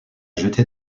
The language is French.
jeté